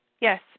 Yes